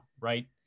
right